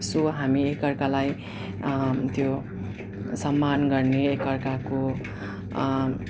so हामी एकअर्कालाई त्यो सम्मान गर्ने एकअर्काको